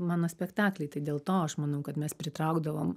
mano spektakliai tai dėl to aš manau kad mes pritraukdavom